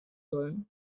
sollen